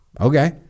Okay